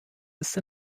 ist